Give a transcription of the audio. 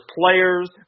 players